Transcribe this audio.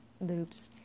loops